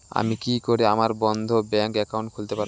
আমি কি করে আমার বন্ধ ব্যাংক একাউন্ট খুলতে পারবো?